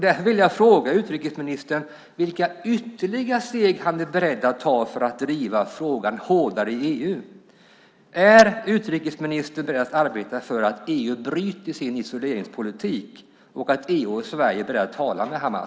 Därför vill jag fråga utrikesministern vilka ytterligare steg han är beredd att ta för att driva frågan hårdare i EU. Är utrikesministern beredd att arbeta för att EU bryter sin isoleringspolitik och att EU och Sverige är beredda att tala med Hamas?